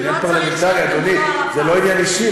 זה עניין פרלמנטרי, אדוני, זה לא עניין אישי.